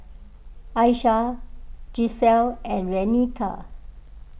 Ayesha Gisselle and Renita